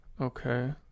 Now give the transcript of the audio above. Okay